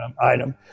item